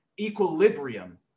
equilibrium